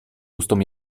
ustom